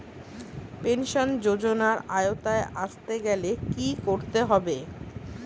Pension যজোনার আওতায় আসতে গেলে কি করতে হবে?